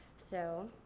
so.